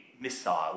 missile